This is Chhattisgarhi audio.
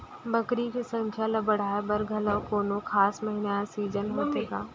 बकरी के संख्या ला बढ़ाए बर घलव कोनो खास महीना या सीजन होथे का?